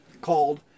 called